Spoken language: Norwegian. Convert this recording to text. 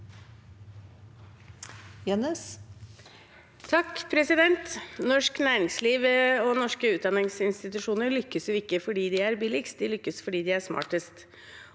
(H) Norsk næringsliv og norske utdanningsinstitusjoner lykkes jo ikke fordi de er billigst, de lykkes fordi de er smartest.